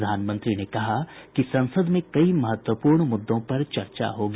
प्रधानमंत्री ने कहा कि संसद में कई महत्वपूर्ण मुद्दों पर चर्चा होगी